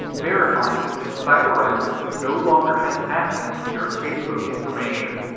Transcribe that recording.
verifying that this site or app no longer has access to your facebook information.